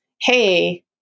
hey